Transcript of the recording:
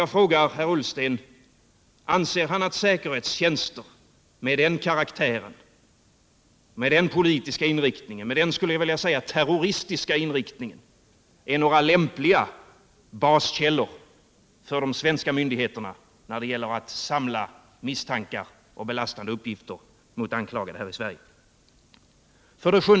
Jag frågar: Anser herr Ullsten att säkerhetstjänster av denna karaktär och med denna politiska inriktning — jag skulle vilja säga terroristiska inriktning — är lämpliga baskällor för de svenska 151 myndigheterna när det gäller att samla misstankar och belastande uppgifter mot anklagade här i Sverige? 7.